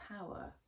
power